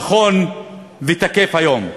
נכון ותקף היום.